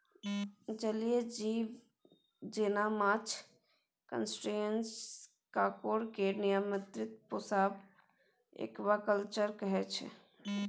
जलीय जीब जेना माछ, क्रस्टेशियंस, काँकोर केर नियंत्रित पोसब एक्वाकल्चर कहय छै